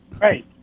Right